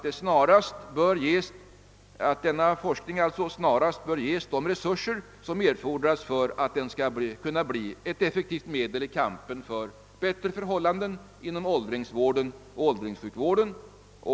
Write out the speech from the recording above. Det är min mening att denna forskning snarast bör ges de resurser som erfordras för att den skall kunna bli ett effektivt medel i kampen för bättre förhållanden inom åldringsvården och åldringssjukvården.